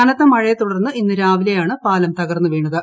കനത്ത മഴയെ തുടർന്ന് ഇന്ന് രാവിലെയാണ് പാലം തകർന്ന് വീണത്